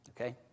Okay